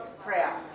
prayer